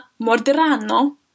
morderanno